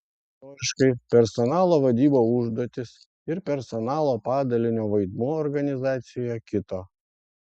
istoriškai personalo vadybos užduotys ir personalo padalinio vaidmuo organizacijoje kito